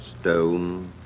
stone